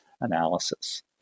analysis